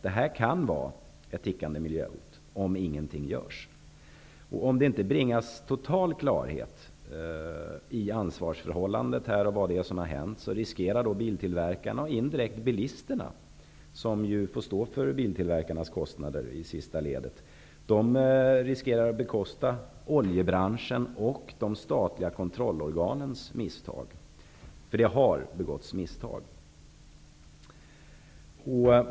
Detta kan vara ett tickande miljöhot om ingenting görs. Om det inte bringas total klarhet om ansvarsförhållandet och om vad som hänt, finns risken att biltillverkarna och indirekt också bilisterna, som i sista ledet får stå för biltillverkarnas kostnader, får bekosta oljebranschens och de statliga kontrollorganens misstag -- för misstag har begåtts.